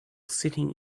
sitting